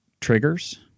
triggers